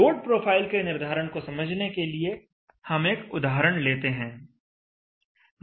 load profile के निर्धारण को समझने के लिए हम एक उदाहरण लेते हैं